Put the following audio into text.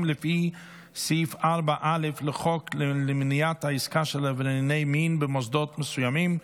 לפי סעיף 4(א) לחוק למניעת העסקה של עברייני מין במוסדות מסוימים,